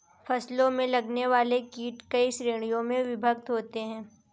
फसलों में लगने वाले कीट कई श्रेणियों में विभक्त होते हैं